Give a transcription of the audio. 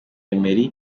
emery